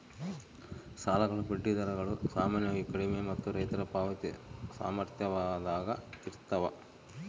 ಸಾಲಗಳ ಬಡ್ಡಿ ದರಗಳು ಸಾಮಾನ್ಯವಾಗಿ ಕಡಿಮೆ ಮತ್ತು ರೈತರ ಪಾವತಿ ಸಾಮರ್ಥ್ಯದಾಗ ಇರ್ತವ